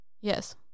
Yes